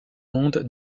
monde